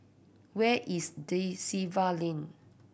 where is Da Silva Lane